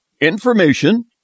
Information